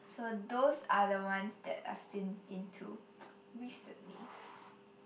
so those are the ones that I've been into recently